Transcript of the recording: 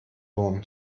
wurm